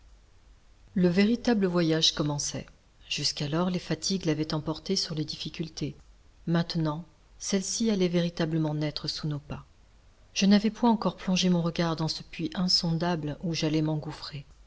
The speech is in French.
le véritable voyage commençait jusqu'alors les fatigues l'avaient emporté sur les difficultés maintenant celles-ci allaient véritablement naître sous nos pas je n'avais point encore plongé mon regard dans ce puits insondable où j'allais m'engouffrer